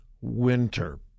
winter